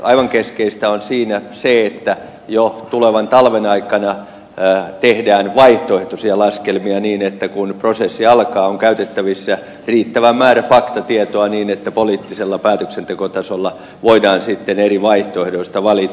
aivan keskeistä on siinä se että jo tulevan talven aikana tehdään vaihtoehtoisia laskelmia niin että kun prosessi alkaa on käytettävissä riittävä määrä faktatietoa niin että poliittisella päätöksentekotasolla voidaan sitten eri vaihtoehdoista valita